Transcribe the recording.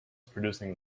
producing